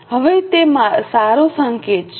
હવે તે સારું સંકેત છે